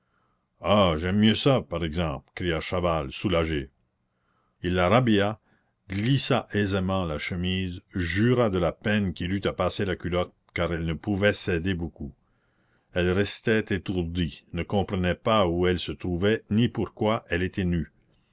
ah j'aime mieux ça par exemple cria chaval soulagé il la rhabilla glissa aisément la chemise jura de la peine qu'il eut à passer la culotte car elle ne pouvait s'aider beaucoup elle restait étourdie ne comprenait pas où elle se trouvait ni pourquoi elle était nue